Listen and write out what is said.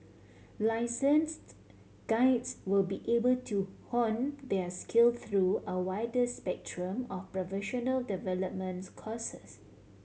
licensed guides will be able to hone their skill through a wider spectrum of professional developments courses